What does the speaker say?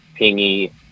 pingy